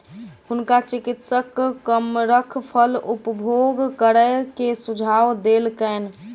हुनका चिकित्सक कमरख फल उपभोग करै के सुझाव देलकैन